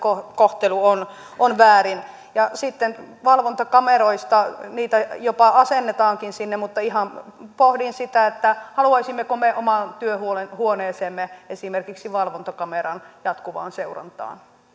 kohtelu on on väärin ja sitten valvontakameroista niitä jopa asennetaankin sinne mutta ihan pohdin sitä että haluaisimmeko me omaan työhuoneeseemme esimerkiksi valvontakameran jatkuvaan seurantaan